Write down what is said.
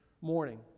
morning